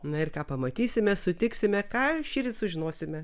na ir ką pamatysime sutiksime ką šįryt sužinosime